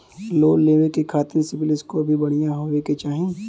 Loan लेवे के खातिन सिविल स्कोर भी बढ़िया होवें के चाही?